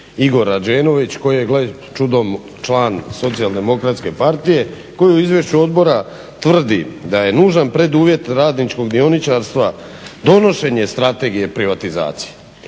Igor Rađenović koji je gle čudom član SDP-a koji u izvješću odbora tvrdi da je nužan preduvjet radničkog dioničarstva donošenje Strategije privatizacije.